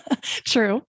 True